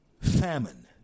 famine